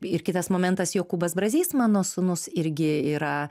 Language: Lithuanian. ir kitas momentas jokūbas brazys mano sūnus irgi yra